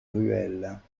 ruelles